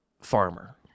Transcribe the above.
farmer